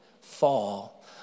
fall